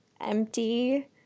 empty